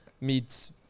meets